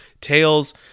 Tails